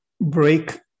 break